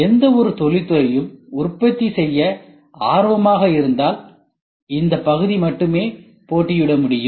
எந்தவொரு தொழிற்துறையும் உற்பத்தி செய்ய ஆர்வமாக இருந்தால் இந்த பகுதி மட்டுமே போட்டியிட முடியும்